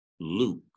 Luke